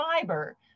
fiber